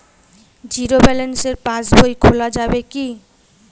Zero balance pass বই খোলা যাবে কি?